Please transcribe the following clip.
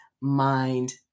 mind